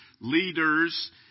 leaders